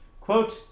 Quote